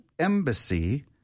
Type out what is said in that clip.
embassy